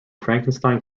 frankenstein